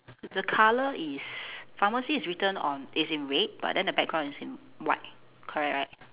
the colour is pharmacy is written on is in red but the background is in white correct right